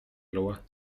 loi